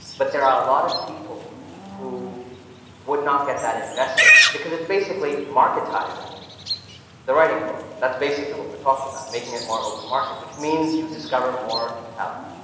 but there are a lot of people who would not get that investment because it's basically marketizing the writing world. that's basically what we're talking about making it more open market, which means you discover more talent,